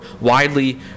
widely